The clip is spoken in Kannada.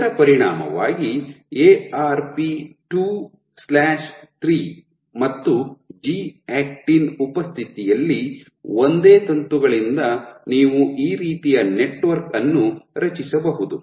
ಇದರ ಪರಿಣಾಮವಾಗಿ ಎ ಆರ್ ಪಿ 23 ಮತ್ತು ಜಿ ಆಕ್ಟಿನ್ ಉಪಸ್ಥಿತಿಯಲ್ಲಿ ಒಂದೇ ತಂತುಗಳಿಂದ ನೀವು ಈ ರೀತಿಯ ನೆಟ್ವರ್ಕ್ ಅನ್ನು ರಚಿಸಬಹುದು